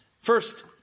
First